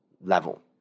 level